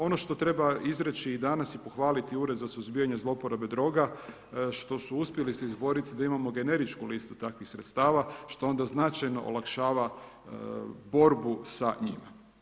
Ono što treba izreći i danas i pohvaliti Ured za suzbijanje zloporabe droga, što su uspjeli se za izboriti da imamo generičku listu takvih sredstava, što onda značajno olakšava borbu sa njima.